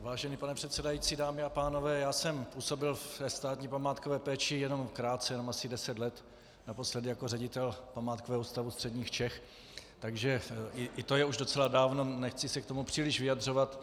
Vážený pane předsedající, dámy a pánové, já jsem působil ve státní památkové péči jenom krátce, jenom asi deset let, naposledy jako ředitel Památkového ústavu středních Čech, takže i to je už docela dávno, nechci se k tomu příliš vyjadřovat.